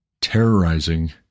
terrorizing